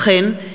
וכן,